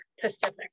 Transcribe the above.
Pacific